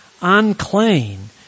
unclean